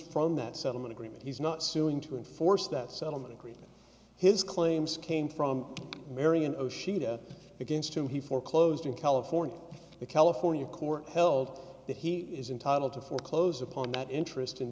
from that settlement agreement he's not suing to enforce that settlement agreement his claims came from marion osha against whom he foreclosed in california the california court held that he is entitled to foreclose upon that interest in